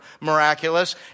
miraculous